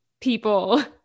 people